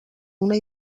una